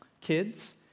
kids